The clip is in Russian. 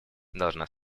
должна